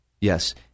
Yes